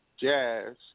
jazz